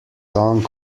song